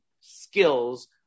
skills